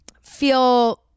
feel